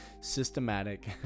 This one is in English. systematic